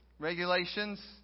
regulations